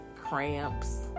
cramps